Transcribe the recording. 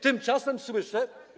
Tymczasem słyszę.